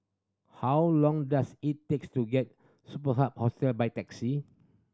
how long does it takes to get Superb Hostel by taxi